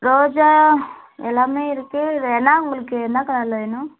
ரோஜா எல்லாமே இருக்குது வேணா உங்களுக்கு என்ன கலர்ல வேணும்